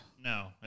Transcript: No